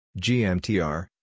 GMTR